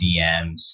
DMs